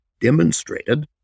demonstrated